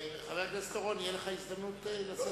חבר הכנסת אורון, תהיה לך הזדמנות לשאת את דבריך.